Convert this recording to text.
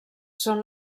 són